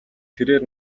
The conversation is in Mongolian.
тэрээр